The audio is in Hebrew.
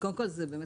מאוד